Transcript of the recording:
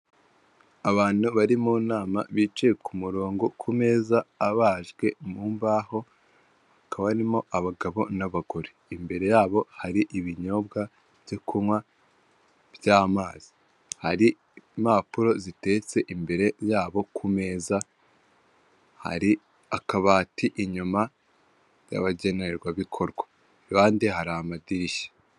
Amapoto acishwaho insinga zitandukanye harimo izitwara umuriro ndetse harimo n'izindi zitwara interineti kugira ngo abantu babashe kwikorera ibintu bitandukanye babona umuriro ndetse na internet.